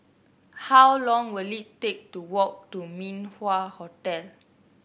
how long will it take to walk to Min Wah Hotel